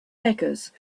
beggars